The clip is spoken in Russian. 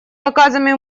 показами